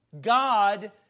God